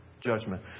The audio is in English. judgment